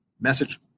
message